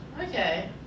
Okay